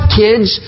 kids